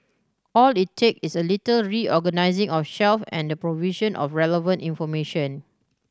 all it take is a little reorganising of shelve and the provision of relevant information